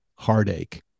heartache